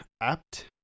Apt